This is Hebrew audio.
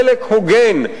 חלק הוגן,